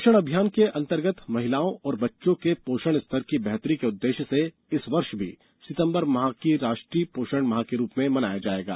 पोषण माह पोषण अभियान के अंतर्गत महिलाओं और बच्चों के पोषण स्तर की बेहतरी के उद्देश्य से इस वर्ष भी सितंबर माह को राष्ट्रीय पोषण माह के रूप में मनाया जायेगा